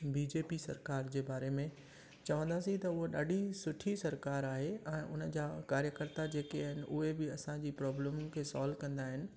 BJP सरकार जे बारे में चवंदासीं त उहो ॾाढी सुठी सरकारु आहे ऐं उन जा कार्यकर्ता जेके आहिनि उहे बि असांजी प्रॉब्लम जे सॉल्व कंदा आहिनि